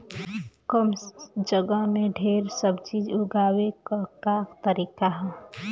कम जगह में ढेर सब्जी उगावे क का तरीका ह?